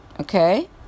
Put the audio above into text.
okay